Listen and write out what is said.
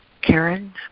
Karen